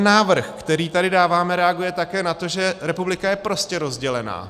Návrh, který tady dáváme, reaguje také na to, že republika je prostě rozdělená.